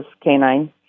canine